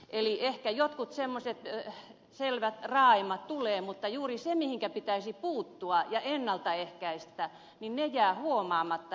eli ehkä jotkut semmoiset selvät raaimmat tulevat esiin mutta juuri ne mihinkä pitäisi puuttua ja mitä pitäisi ennaltaehkäistä jäävät huomaamatta